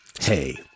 hey